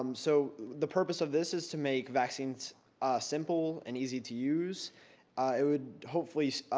um so, the purpose of this is to make vaccines simple and easy-to-use. it would hopefully,